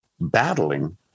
battling